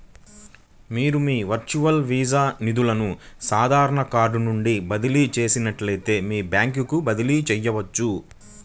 మీరు మీ virtual visa నిధులను సాధారణ కార్డ్ నుండి బదిలీ చేసినట్లే మీ బ్యాంకుకు బదిలీ చేయవచ్చు